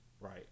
Right